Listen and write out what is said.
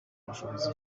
ubushobozi